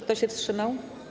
Kto się wstrzymał?